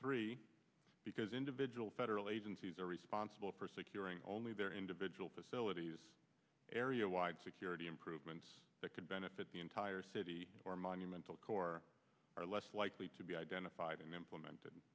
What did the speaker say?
three because individual federal agencies are responsible for securing only their individual facilities area wide security improvements that could benefit the entire city or monumental corps are less likely to be identified and implemented and